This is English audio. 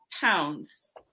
pounds